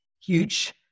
huge